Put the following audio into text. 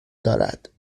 دارد